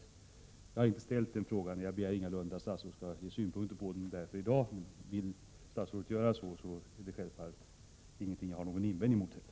Jag har inte ställt den frågan skriftligt och begär därför ingalunda att statsrådet skall ge synpunkter på den i dag, men om statsrådet vill göra det så har jag självfallet ingen invändning däremot.